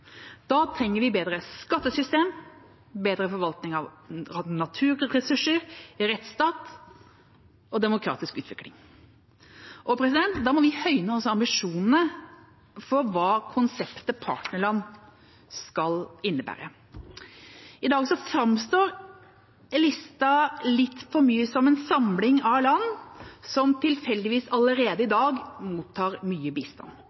Da trenger vi bedre skattesystem, bedre forvaltning av naturressurser, rettsstat og demokratisk utvikling. Og da må vi også høyne ambisjonene for hva konseptet «partnerland» skal innebære. I dag framstår lista litt for mye som en samling av land som tilfeldigvis allerede i dag mottar mye bistand.